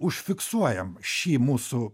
užfiksuojam šį mūsų